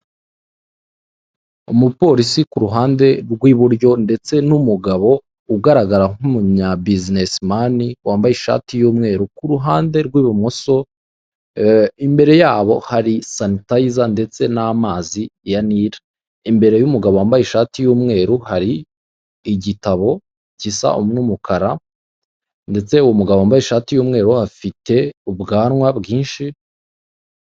Umuhanda w'umukara bakunze kwita kaburimbo hakaba harimo imirongo y'umweru aho abagenzi bambukira cyangwa se abanyamaguru, ndetse hakaba hari n'ibyapa bigaragaza ko abagenzi bagomba kwambuka, akaba arimo kwambukamo abantu hirya hakaba hari igorofa riri mu ibara ry'umweru.